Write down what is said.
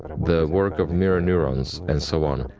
the work of mirror neurons, and so on.